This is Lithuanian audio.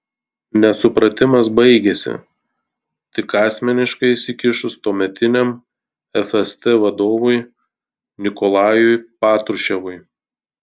nesupratimas baigėsi tik asmeniškai įsikišus tuometiniam fst vadovui nikolajui patruševui